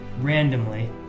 randomly